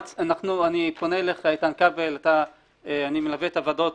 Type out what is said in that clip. אני פונה אליך, איתן כבל, אני מלווה את הוועדות